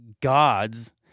gods